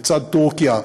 לצד טורקיה,